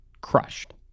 crushed